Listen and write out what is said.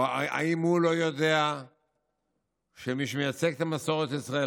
האם הוא לא יודע שמי שמייצג את מסורת ישראל,